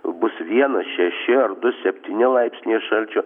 bus vienas šeši ar du septyni laipsniai šalčio